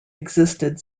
existed